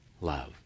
love